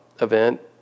event